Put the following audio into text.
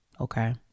Okay